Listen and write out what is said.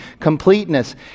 completeness